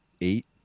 eight